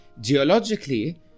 geologically